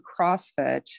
CrossFit